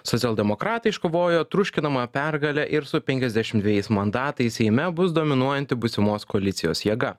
socialdemokratai iškovojo triuškinamą pergalę ir su penkiasdešim dvejais mandatais seime bus dominuojanti būsimos koalicijos jėga